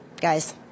Guys